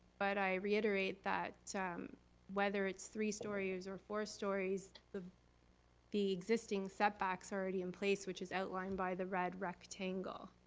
but i reiterate that whether it's three stories or four stories, the the existing setback's already in place which is outlined by the red rectangle.